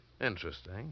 Interesting